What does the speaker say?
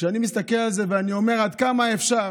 כשאני מסתכל על זה אני אומר: עד כמה אפשר?